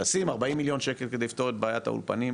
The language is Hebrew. לשים 40 מיליון שקל כדי לפתור את בעיית האולפנים,